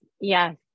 yes